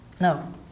No